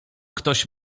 ktoś